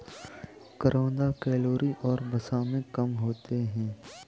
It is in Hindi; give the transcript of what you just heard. करौंदा कैलोरी और वसा में कम होते हैं